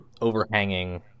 overhanging